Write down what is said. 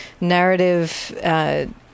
narrative